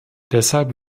deshalb